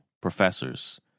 professors